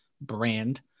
brand